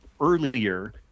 earlier